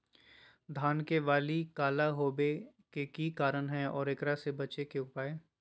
धान के बाली काला होवे के की कारण है और एकरा से बचे के उपाय?